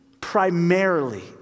primarily